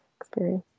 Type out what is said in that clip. experience